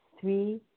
Three